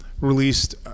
released